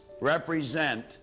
represent